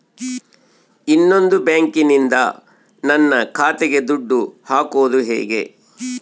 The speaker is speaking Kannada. ಇನ್ನೊಂದು ಬ್ಯಾಂಕಿನಿಂದ ನನ್ನ ಖಾತೆಗೆ ದುಡ್ಡು ಹಾಕೋದು ಹೇಗೆ?